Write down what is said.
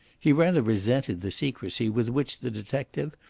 he rather resented the secrecy with which the detective,